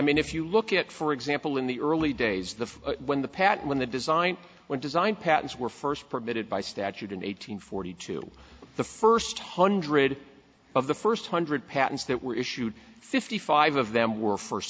mean if you look at for example in the early days the when the pattern when the design when design patterns were first permitted by statute in eight hundred forty two the first hundred of the first hundred patents that were issued fifty five of them were first